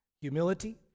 humility